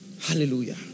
Hallelujah